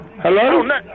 Hello